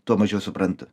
tuo mažiau suprantu